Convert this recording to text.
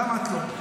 גם את לא.